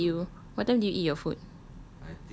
so what time did you what time did you eat your food